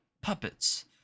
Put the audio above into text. puppets